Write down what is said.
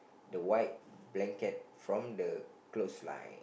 the white blanket from the clothesline